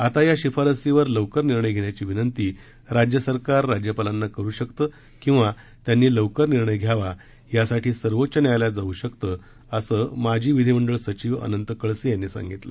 आता या शिफारसीवर लवकर निर्णय घेण्याची विनंती राज्य सरकार राज्यपालांना करु शकतं किंवा त्यांनी लवकर निर्णय घ्यावा यासाठी सर्वोच्च न्यायालयात जाऊ शकतं असं माजी विधिमंडळ सचीव अनंत कळसे यांनी सांगितलं